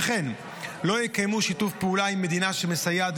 וכן לא יקיימו שיתוף פעולה עם מדינה שמסייעת